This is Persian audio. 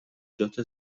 جات